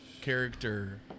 character